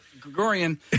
Gregorian